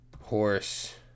horse